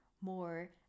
more